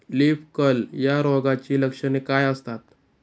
Leaf curl या रोगाची लक्षणे काय असतात?